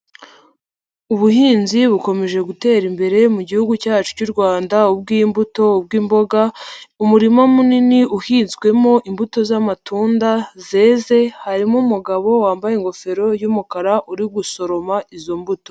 Ubuhinzi bukomeje gutera imbere mu gihugu cyacu cy'u Rwanda, ubwimbuto ubw'imboga, umurima munini uhinzwemo imbuto z'amatunda zeze, harimo umugabo wambaye ingofero y'umukara uri gusoroma izo mbuto.